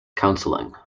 counseling